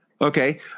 Okay